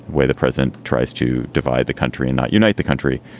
where the president tries to divide the country and not unite the country.